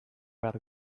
behar